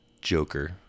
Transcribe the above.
joker